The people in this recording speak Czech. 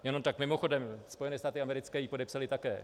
Jenom tak mimochodem, Spojené státy americké ji podepsaly také.